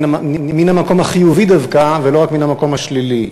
מן המקום החיובי דווקא, ולא רק מן המקום השלילי.